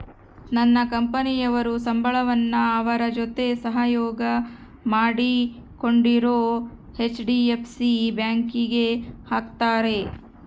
ನನ್ನ ಕಂಪನಿಯವರು ಸಂಬಳವನ್ನ ಅವರ ಜೊತೆ ಸಹಯೋಗ ಮಾಡಿಕೊಂಡಿರೊ ಹೆಚ್.ಡಿ.ಎಫ್.ಸಿ ಬ್ಯಾಂಕಿಗೆ ಹಾಕ್ತಾರೆ